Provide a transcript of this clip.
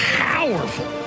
powerful